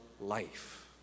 life